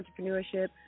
entrepreneurship